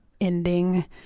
ending